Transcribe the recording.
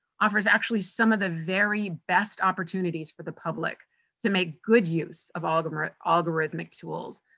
offers actually some of the very best opportunities for the public to make good use of algorithmic algorithmic tools.